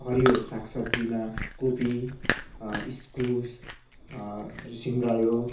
हरियो साग सब्जीमा कोपी इस्कुस सिमरायो